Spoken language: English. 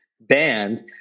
band